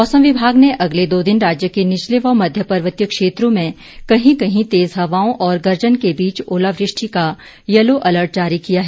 मौसम विभाग ने अगले दो दिन राज्य के निचले व मध्य पर्वतीय क्षेत्रों में कहीं कहीं तेज़ हवाओं और गर्जन के बीच आलावृष्टि का यलो अर्लट जारी किया है